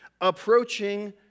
approaching